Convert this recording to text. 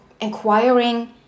inquiring